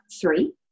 three